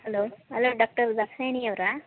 hello hello doctor Dakshayini ಅವರಾ